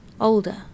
Older